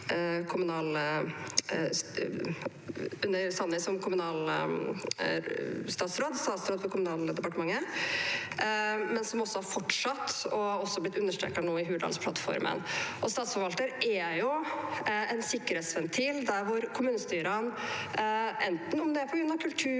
under Sanner som statsråd for Kommunaldepartementet, men som har fortsatt og også blitt understreket nå i Hurdalsplattformen. Statsforvalterne er en sikkerhetsventil der hvor kommunestyrene – enten det er på grunn av kultur